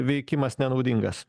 veikimas nenaudingas